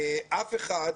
אף אחד,